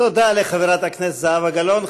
תודה לחברת הכנסת זהבה גלאון.